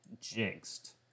jinxed